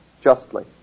Justly